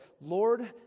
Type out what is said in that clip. Lord